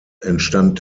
entstand